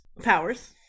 Powers